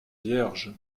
vierge